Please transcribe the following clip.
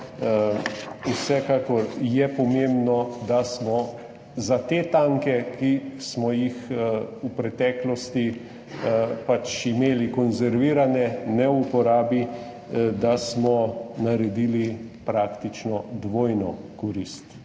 Vsekakor je pomembno, da smo za te tanke, ki smo jih v preteklosti imeli konzervirane, ne v uporabi, naredili praktično dvojno korist.